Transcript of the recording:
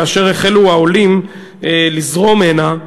כאשר החלו העולים לזרום הנה,